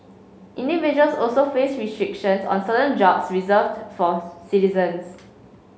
individuals also face restrictions on certain jobs reserved for citizens